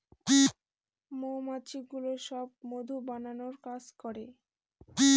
মৌমাছিগুলো সব মধু বানানোর কাজ করে